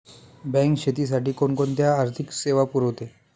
Bank शेतीसाठी कोणकोणत्या आर्थिक सेवा पुरवते?